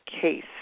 case